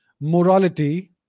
morality